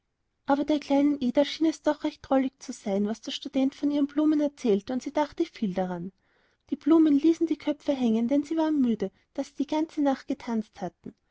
aber der kleinen ida schien es doch recht drollig zu sein was der student von ihren blumen erzählte und sie dachte viel daran die blumen ließen die köpfe hängen denn sie waren müde da sie die ganze nacht getanzt hatten